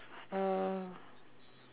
uh